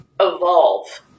evolve